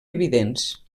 evidents